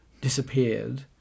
disappeared